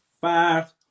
five